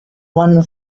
one